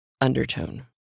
undertone